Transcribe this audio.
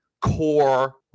core